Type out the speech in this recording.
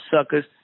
suckers